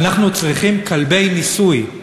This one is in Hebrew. אנחנו צריכים כלבי ניסוי: